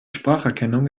spracherkennung